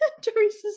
Teresa